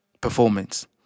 performance